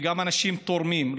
וגם אנשים תורמים,